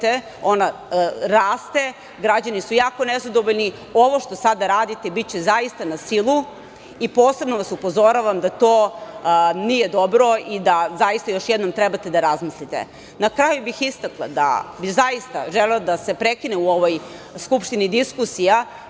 ona raste, građani su jako nezadovoljni. Ovo što sada radite biće zaista na silu i posebno vas upozoravam da to nije dobro i da zaista još jednom trebate da razmislite. Na kraju bih istakla da bi zaista želela da se prekine u ovoj Skupštini diskusija